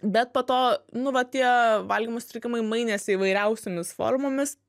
bet po to nu va tie valgymo sutrikimai mainėsi įvairiausiomis formomis